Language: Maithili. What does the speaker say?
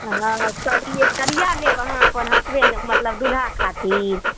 तऽ लाल आर छोड़ करिआ लेब अहाँ अपन हसबैंड मतलब दूल्हा खातिर